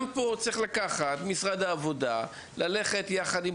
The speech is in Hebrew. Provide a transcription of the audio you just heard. אז גם פה משרד העבודה צריך ללכת ביחד עם